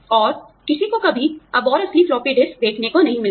और किसी को कभी अब और असली फ्लॉपी डिस्क देखने को नहीं मिलता